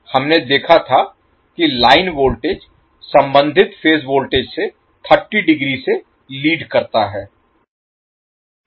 हमने देखा था कि लाइन वोल्टेज संबंधित फेज वोल्टेज से 30 डिग्री से लीड करता है